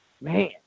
Man